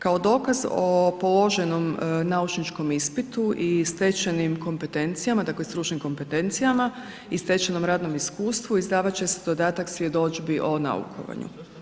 Kao dokaz o položenom naučničkom ispitu i stečenim kompetencijama, dakle stručnim kompetencijama i stečenom radnom iskustvu izdavat će se dodatka svjedodžbi o naukovanju.